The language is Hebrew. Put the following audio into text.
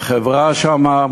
החברה שמה,